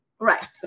Right